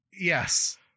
yes